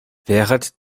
wehret